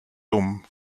dumm